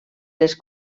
les